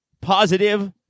positive